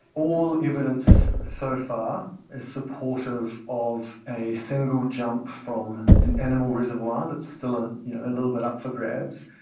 all evidence so far is supportive of a single jump from an animal reservoir, that is still ah you know a little bit up for grabs,